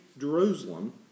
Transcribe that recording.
Jerusalem